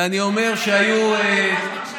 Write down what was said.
ראש ממשלה.